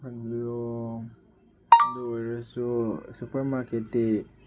ꯑꯗꯣ ꯑꯗꯨ ꯑꯣꯏꯔꯁꯨ ꯁꯨꯄꯔ ꯃꯥꯔꯀꯦꯠꯇꯤ